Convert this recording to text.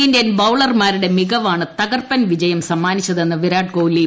Indian ബൌളർമാരുടെ മികവാണ് തകർപ്പൻ വിജയം സമ്മാനിച്ചതെന്ന് വിരാട് കോഹ്ലി പറഞ്ഞു